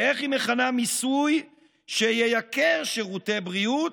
ואיך היא מכנה מיסוי שייקר שירותי בריאות?